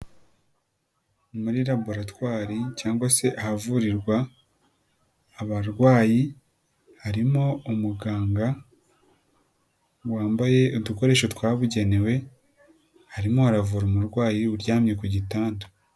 Muri raboratwari cyangwa se ahavurirwa abarwayi harimo umuganga wambaye udukoresho twabugenewe arimo haravura umurwayi uryamye ku gitanda.